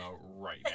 right